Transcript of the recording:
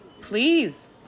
Please